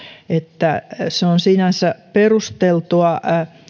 että on sinänsä perusteltua